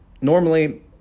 Normally